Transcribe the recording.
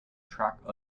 track